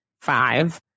five